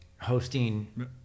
hosting